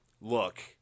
Look